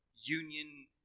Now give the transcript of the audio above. union